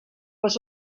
was